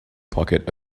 pocket